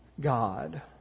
God